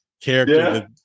character